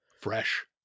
fresh